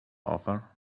offer